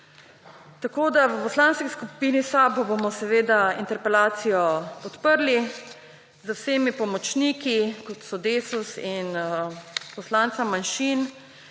V Poslanski skupini SAB bomo seveda interpelacijo podprli. Z vsemi pomočniki, kot so Desus in poslanca manjšin